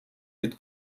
mit